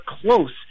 close